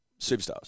Superstars